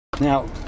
Now